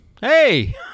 Hey